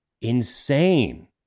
insane